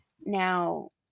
now